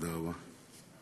תודה רבה.